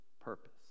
Purpose